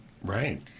right